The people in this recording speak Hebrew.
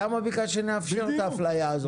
למה שנאפשר את האפליה הזאת?